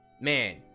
man